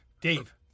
Dave